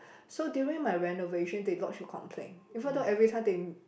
so during my renovation they lodge a complaint even though everytime they